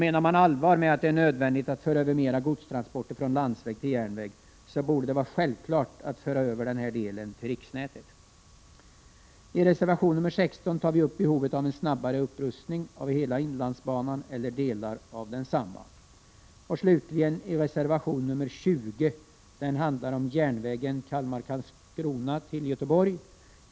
Om man menar allvar med att det är nödvändigt att föra över mera godstransporter från landsväg till järnväg, borde det vara självklart att även föra över denna bandel till riksnätet. I reservation nr 16 tar vi upp behovet av en snabbare upprustning av hela inlandsbanan eller delar av densamma. Reservation nr 20 handlar om järnvägen Kalmar/Karlskrona-Göteborg.